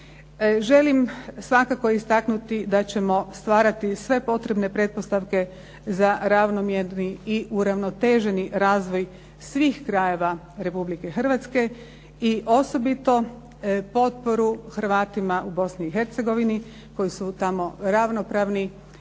Želim svakako istaknuti da ćemo stvarati sve potrebne pretpostavke za ravnomjerni i uravnoteženi razvoj svih krajeva Republike Hrvatske i osobito potporu Hrvatima u Bosni i Hercegovini koji su tamo ravnopravni,